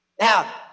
Now